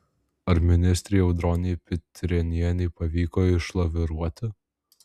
ar ministrei audronei pitrėnienei pavyko išlaviruoti